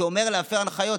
שאומר להפר הנחיות?